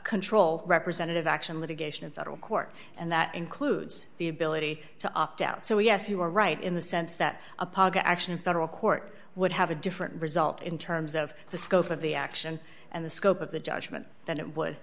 control representative action litigation in federal court and that includes the ability to opt out so yes you are right in the sense that a paga action in federal court would have a different result in terms of the scope of the action and the scope of the judgment that it w